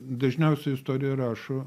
dažniausiai istoriją rašo